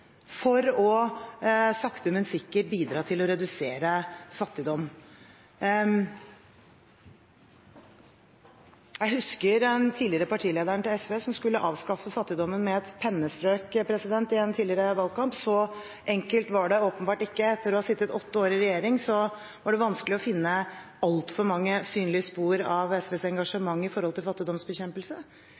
for sakte, men sikkert å bidra til å redusere fattigdom. Jeg husker den tidligere partilederen til SV som skulle avskaffe fattigdommen med et pennestrøk i en tidligere valgkamp. Så enkelt var det åpenbart ikke. Etter å ha sittet åtte år i regjering var det vanskelig å finne altfor mange synlige spor av SVs engasjement med tanke på fattigdomsbekjempelse.